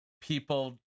people